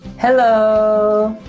hello.